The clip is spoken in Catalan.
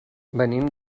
venim